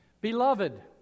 Beloved